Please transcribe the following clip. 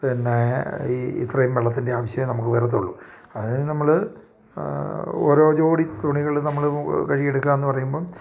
പിന്നേ ഈ ഇത്രയും വെള്ളത്തിൻ്റെ ആവിശ്യമേ നമുക്ക് വരത്തുള്ളു അതിന് നമ്മൾ ഓരോ ജോഡി തുണികൾ നമ്മൾ കഴിയെടുക്കാന്ന് പറയുമ്പം